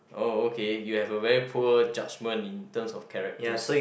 oh okay you have a very poor judgement in terms of character